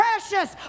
Precious